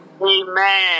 Amen